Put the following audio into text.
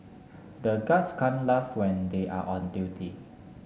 the guards can't laugh when they are on duty